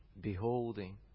Beholding